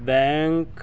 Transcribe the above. bank